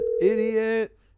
Idiot